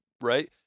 right